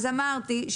אז אמרתי.